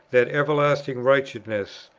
that everlasting righteousness,